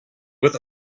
with